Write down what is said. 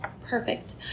perfect